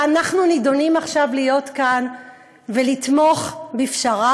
ואנחנו נידונים עכשיו להיות כאן ולתמוך בפשרה